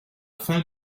fin